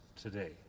today